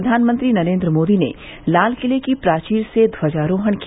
प्रधानमंत्री नरेन्द्र मोदी ने लाल किले की प्राचीर से ध्वजारोण किया